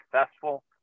successful